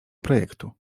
projektu